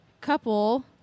couple